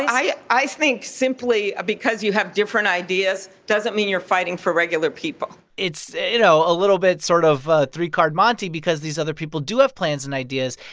i i think simply because you have different ideas doesn't mean you're fighting for regular people it's, you know, a little bit sort of a three-card monte because these other people do have plans and ideas.